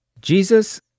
Jesus